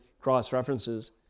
cross-references